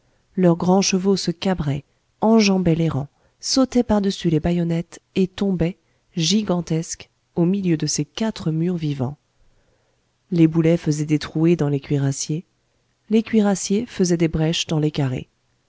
leurs grands chevaux se cabraient enjambaient les rangs sautaient par-dessus les bayonnettes et tombaient gigantesques au milieu de ces quatre murs vivants les boulets faisaient des trouées dans les cuirassiers les cuirassiers faisaient des brèches dans les carrés